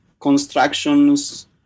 constructions